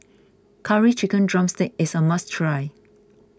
Curry Chicken Drumstick is a must try